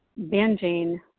binging